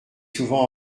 souvent